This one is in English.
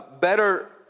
Better